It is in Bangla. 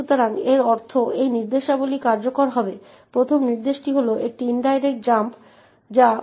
সুতরাং আসুন আমরা এইরকম একটি ভিন্ন উইন্ডোতে কোডটি খুলব